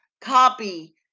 copy